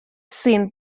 син